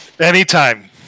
Anytime